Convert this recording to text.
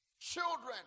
children